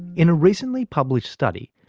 in a recently published study,